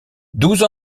douze